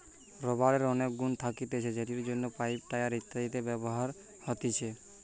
রাবারের অনেক গুন্ থাকতিছে যেটির জন্য পাইপ, টায়র ইত্যাদিতে ব্যবহার হতিছে